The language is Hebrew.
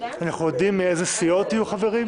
אנחנו יודעים מאיזה סיעות יהיו חברים?